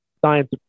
science